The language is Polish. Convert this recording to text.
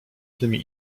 tymi